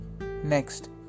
Next